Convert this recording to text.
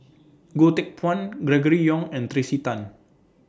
Goh Teck Phuan Gregory Yong and Tracey Tan